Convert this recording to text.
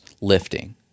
lifting